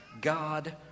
God